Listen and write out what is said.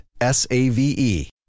S-A-V-E